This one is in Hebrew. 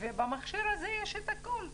ובמכשיר הזה יש את הכל.